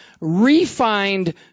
refined